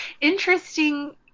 Interesting